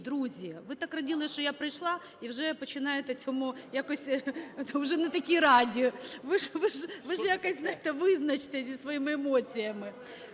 друзі! Ви так раділи, що я прийшла і вже починаєте цьому, якось вже не такі раді. Ви ж якось визначтеся зі своїми емоціями.